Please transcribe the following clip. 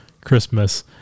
Christmas